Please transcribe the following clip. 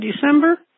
December